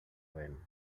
ben